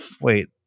wait